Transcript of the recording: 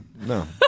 No